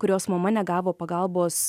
kurios mama negavo pagalbos